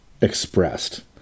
expressed